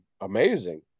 amazing